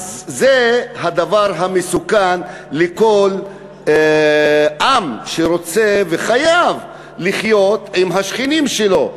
אז זה הדבר המסוכן לכל עם שרוצה וחייב לחיות עם השכנים שלו.